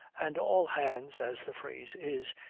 and all hands, as the phrase is,